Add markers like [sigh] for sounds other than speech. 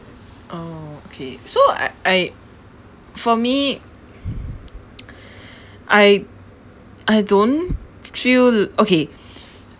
oh okay so I I for me [noise] [breath] I I don't feel okay [breath]